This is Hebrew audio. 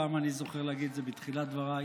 הפעם אני זוכר להגיד את זה בתחילת דבריי,